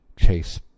chase